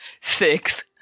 six